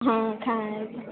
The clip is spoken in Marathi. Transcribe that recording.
हा खाय